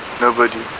nobody.